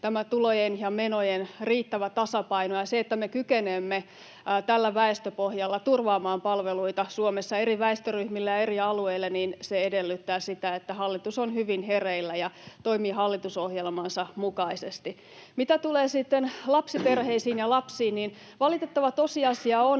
tulojen ja menojen riittävä tasapaino ja se, että me kykenemme tällä väestöpohjalla turvaamaan palveluita Suomessa eri väestöryhmille ja eri alueille, edellyttää sitä, että hallitus on hyvin hereillä ja toimii hallitusohjelmansa mukaisesti. Mitä tulee sitten lapsiperheisiin ja lapsiin, niin valitettava tosiasia on,